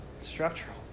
Structural